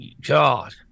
God